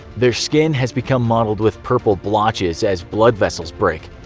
their skin has become mottled with purple blotches as blood vessels break.